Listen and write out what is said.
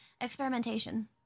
experimentation